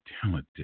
talented